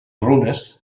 runes